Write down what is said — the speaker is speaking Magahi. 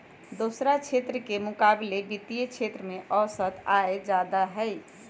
दोसरा क्षेत्र के मुकाबिले वित्तीय क्षेत्र में औसत आय जादे हई